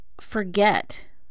forget